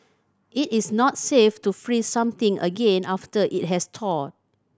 it is not safe to freeze something again after it has thawed